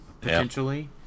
potentially